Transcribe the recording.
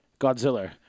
Godzilla